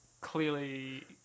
clearly